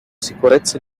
sicurezza